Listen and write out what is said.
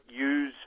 use